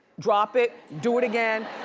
drop it, do it again,